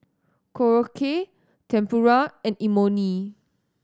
Korokke Tempura and Imoni